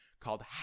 called